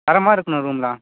தரமாக இருக்கணும் ரூம்லாம்